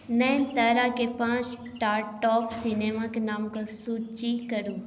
नयनताराके पाँच टा टॉप सिनेमाके नामके सूची करू